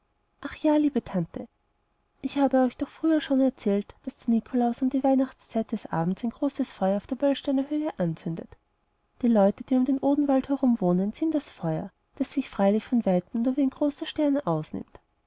ach ja liebe tante ich habe euch doch früher schon erzählt daß der nikolaus um die weihnachtszeit des abends ein großes feuer auf der böllsteiner höhe anzündet die leute die um den odenwald herum wohnen sehen das feuer das sich freilich von weitem nur wie ein großer stern ausnimmt